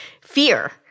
fear